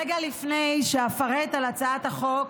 רגע לפני שאפרט על הצעת החוק,